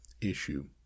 issue